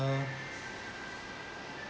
uh